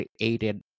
created